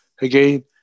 again